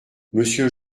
monsieur